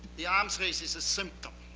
the arms race is a symptom.